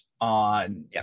on